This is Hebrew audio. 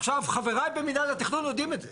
עכשיו, חבריי במינהל התכנון יודעים את זה.